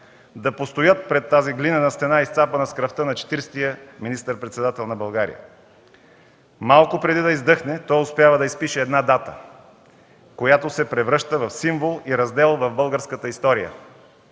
да постоят пред тази глинена стена, изцапана с кръвта на четиридесетия министър-председател на България. Малко преди да издъхне, той успява да изпише една дата, която се превръща в символ и раздел в българската история.